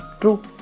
True